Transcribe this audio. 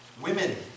Women